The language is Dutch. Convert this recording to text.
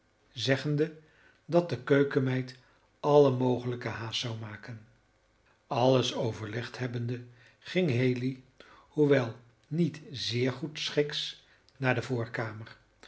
zeggende dat de keukenmeid alle mogelijke haast zou maken alles overlegd hebbende ging haley hoewel niet zeer goedschiks naar de voorkamer